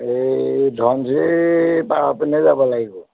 এই ধনশিৰি পাৰৰ পিনে যাব লাগিব